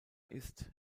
ist